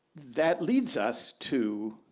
that leads us to